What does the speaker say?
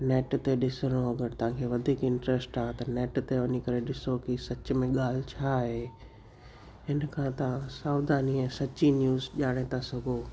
net ते ॾिसिणो अगरि तव्हांखे वधीक इंट्रस्ट आहे त नेट ते वञी करे ॾिसो की सच में ॻाल्हि छा आहे हिन खां तहां सावधान ऐं सची न्यूस ॼाणे था सघो